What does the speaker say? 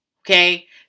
Okay